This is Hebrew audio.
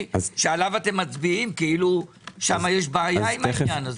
שעליו אתם מצביעים כאילו שם יש בעיה עם העניין?